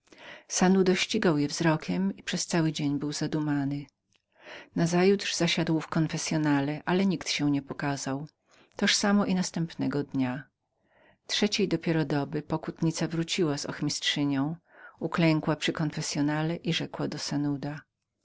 ścigał je wzrokiem i przez cały dzień był zadumany nazajutrz zasiadł w konfessyonale ale nikt się nie pokazał toż samo i następnego dnia trzeciej dopiero doby pokutnica wróciła z ochmistrzynią uklękła przy konfessyonale i rzekła do